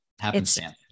happenstance